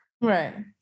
Right